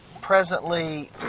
presently